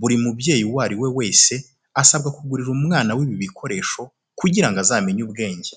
Buri mubyeyi uwo ari we wese asabwa kugurira umwana we ibi bikoresho kugira ngo azamenye ubwenge.